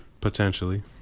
Potentially